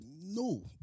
no